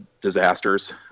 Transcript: disasters